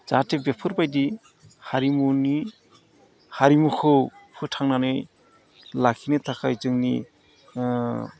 जाहाथे बेफोरबायदि हारिमुनि हारिमुखौ फोथांनानै लाखिनो थाखाय जोंनि